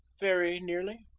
very nearly.